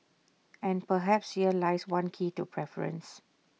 and perhaps here lies one key to preference